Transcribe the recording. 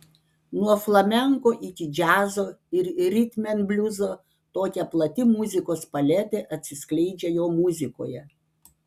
nuo flamenko iki džiazo ir ritmenbliuzo tokia plati muzikos paletė atsiskleidžia jo muzikoje